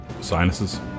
Sinuses